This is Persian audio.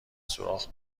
سوراخ